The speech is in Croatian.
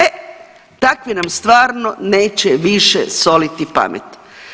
E, takvi nam stvarno neće više soliti pamet.